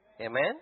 Amen